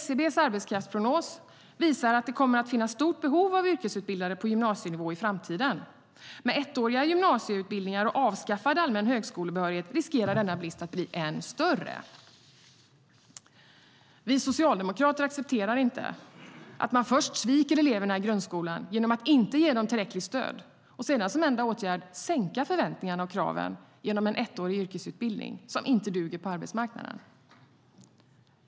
SCB:s arbetskraftsprognos visar att det kommer att finnas ett stort behov av yrkesutbildade på gymnasienivå i framtiden. Med ettåriga gymnasieutbildningar och avskaffad allmän högskolebehörighet riskerar denna brist att bli än större. Vi socialdemokrater accepterar inte att man först sviker eleverna i grundskolan genom att inte ge dem tillräckligt stöd och sedan som enda åtgärd sänker förväntningarna och kraven genom en ettårig yrkesutbildning som inte duger på arbetsmarknaden.